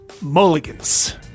Mulligan's